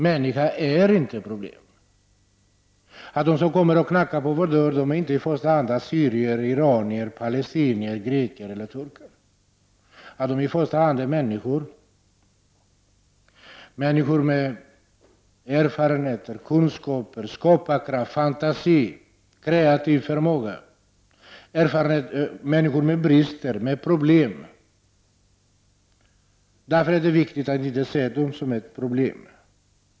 Människan är inte ett problem. De som kommer och knackar på vår dörr är inte i första hand assyrier, iranier, palestinier, greker eller turkar, utan de är i första hand människor. Det är människor med erfarenheter, kunskaper, skaparkraft, fantasi och kreativ förmåga. Det är människor med brister och problem. Därför är det viktigt att vi inte ser dem som ett problem.